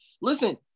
Listen